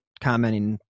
commenting